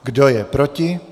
Kdo je proti?